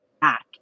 back